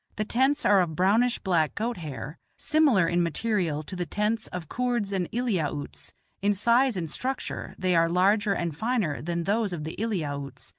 the tents are of brownish-black goat-hair, similar in material to the tents of koords and eliautes in size and structure they are larger and finer than those of the eliautes,